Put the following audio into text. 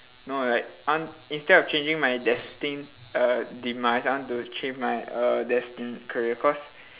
no like un~ instead of changing my destined err demise I want to change my err destined career cause